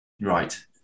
Right